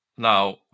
Now